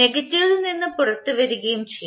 നെഗറ്റീവിൽ നിന്ന് പുറത്തുവരുകയും ചെയ്യുന്നു